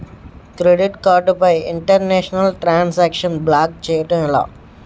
Credit card పై international transaction block చేయటం ఎలా?